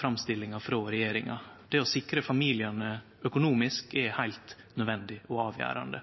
framstillinga frå regjeringa. Det å sikre familiane økonomisk er heilt nødvendig og avgjerande.